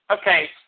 Okay